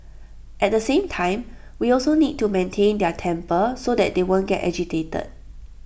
at the same time we also need to maintain their temper so that they won't get agitated